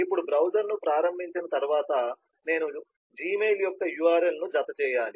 ఇప్పుడు బ్రౌజర్ను ప్రారంభించిన తర్వాత నేను Gmail యొక్క URL ను జత చేయాలి